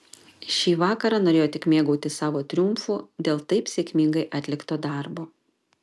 šį vakarą norėjo tik mėgautis savo triumfu dėl taip sėkmingai atlikto darbo